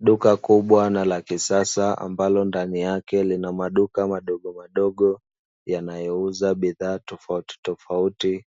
Duka kubwa na la kisasa ambalo ndani yake lina maduka madogomadogo, yanayouza bidhaa tofautitofauti